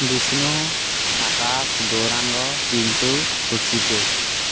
Vishnu Akash Gauranga Chintu Hrishikesh